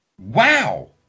Wow